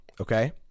Okay